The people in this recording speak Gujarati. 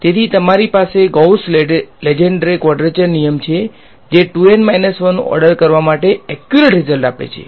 તેથી તમારી પાસે ગૌસ લેંગેડ્રે ક્વાડ્રેચર નિયમ છે જે 2N 1 ઓર્ડર કરવા માટે એક્યુરેટ રીઝ્લ્ટ આપે છે